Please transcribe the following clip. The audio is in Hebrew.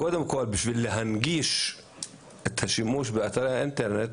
קודם כול, בשביל להנגיש את השימוש באתרי האינטרנט